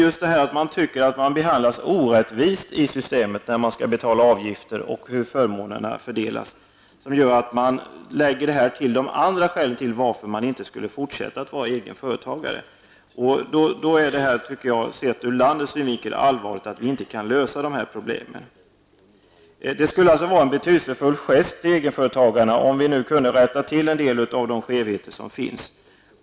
Detta att man tycker att man behandlas orättvist i systemet, när man skall betala avgifter och när förmånerna fördelas, läggs till de andra skälen till att man inte vill fortsätta att vara egenföretagare. Sett ur landets synvinkel är det allvarligt att vi inte kan lösa dessa problem. Det skulle vara en betydelsefull gest gentemot egenföretagarna om vi nu kunde rätta till en del av de skevheter som finns.